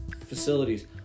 facilities